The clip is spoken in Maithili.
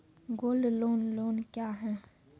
गोल्ड लोन लोन क्या हैं?